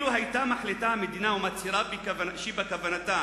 לו החליטה המדינה והצהירה שבכוונתה